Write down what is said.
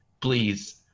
Please